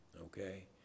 okay